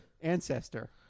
ancestor